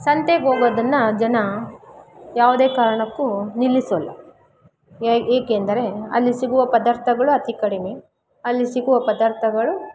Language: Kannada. ಸಂತೆಗೋಗೋಗೊದನ್ನ ಜನ ಯಾವ್ದೆ ಕಾರ್ಣಕ್ಕು ನಿಲ್ಲಿಸೊಲ್ಲ ಏಕೆಂದರೆ ಅಲ್ಲಿ ಸಿಗುವ ಪದಾರ್ತಗಳು ಅತೀ ಕಡಿಮೆ ಅಲ್ಲಿ ಸಿಗುವ ಪದನ್ನು ಜನ ಯಾವುದೇ ಕಾರಣಕ್ಕೂ ನಿಲ್ಲಿಸೊಲ್ಲ ಏಕೆಂದರೆ ಅಲ್ಲಿ ಸಿಗುವ ಪದಾರ್ಥಗಳು ಅತಿ ಕಡಿಮೆ ಅಲ್ಲಿ ಸಿಗುವ ಪದಾರ್ಥಗಳು